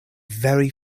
very